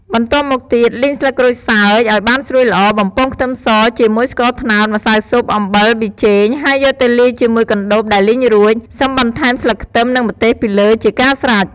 បន្ទាប់់មកទៀត លីងស្លឹកក្រូចឱ្យបានស្រួយល្អ បំពងខ្ទឹមស ជាមួយស្ករត្នោត ម្សៅស៊ុប អំបិល ប៊ីចេង ហើយយកទៅលាយជាមួយកណ្តូបដែលលីងរួច សិមបន្ថែមស្លឹកខ្ទឹមនិងម្ទេសពីលើជាការស្រេច។